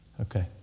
Okay